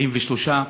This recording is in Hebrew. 73,